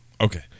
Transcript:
Okay